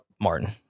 Martin